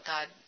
God